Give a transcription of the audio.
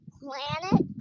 planet